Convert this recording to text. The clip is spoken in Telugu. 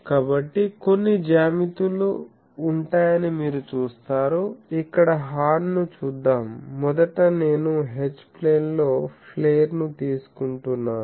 కాబట్టి కొన్ని జ్యామితులు ఉంటాయని మీరు చూస్తారు ఇక్కడ హార్న్ ను చూద్దాం మొదట నేను H ప్లేన్లో ఫ్లేర్ ను తీసుకుంటున్నాను